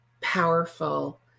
powerful